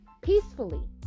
peacefully